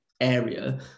area